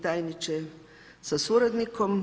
tajniče sa suradnikom.